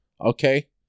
okay